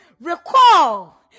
Recall